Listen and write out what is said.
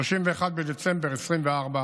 31 בדצמבר 2024,